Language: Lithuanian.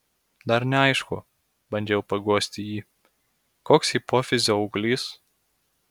dar neaišku bandžiau paguosti jį koks hipofizio auglys